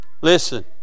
Listen